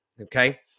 Okay